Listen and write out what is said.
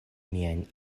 miajn